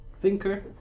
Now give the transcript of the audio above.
thinker